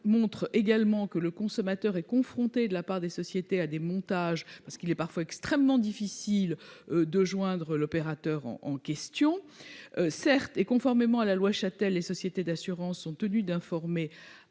montrent également que le consommateur est confronté, de la part de ces sociétés, à des montages et qu'il est parfois extrêmement difficile de joindre l'opérateur en question. Certes, et conformément à la loi Chatel, les sociétés d'assurance sont tenues d'informer